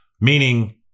Meaning